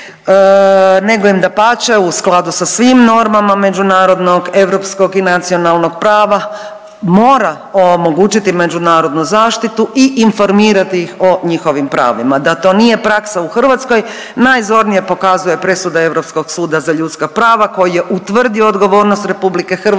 nego im dapače u skladu sa svim normama međunarodnog, europskog i nacionalnog prava, mora omogućiti međunarodnu zaštitu i informirati ih o njihovim pravima. Da to nije praksa u Hrvatskoj najzornije pokazuje presuda Europskog suda za ljudska prava koji je utvrdio odgovornost RH za brojne